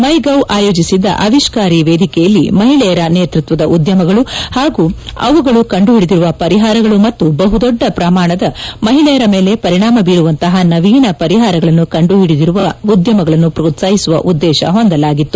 MyGov ಆಯೋಜಿಸಿದ್ದ ಆವಿಷ್ಣಾರಿ ವೇದಿಕೆಯಲ್ಲಿ ಮಹಿಳೆಯರ ನೇತೃತ್ವದ ನವೋದ್ಯಮಗಳು ಹಾಗೂ ಅವುಗಳು ಕಂಡು ಹಿಡಿದಿರುವ ಪರಿಹಾರಗಳು ಮತ್ತು ಬಹು ದೊಡ್ಡ ಪ್ರಮಾಣದ ಮಹಿಳೆಯರ ಮೇಲೆ ಪರಿಣಾಮ ಬೀರುವಂತಹ ನವೀನಪರಿಹಾರಗಳನ್ನು ಕಂಡುಹಿಡಿದಿರುವ ಉದ್ದಮಗಳನ್ನು ಪೋತ್ಪಾಹಿಸುವ ಉದ್ದೇಶ ಹೊಂದಲಾಗಿತ್ತು